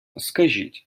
скажіть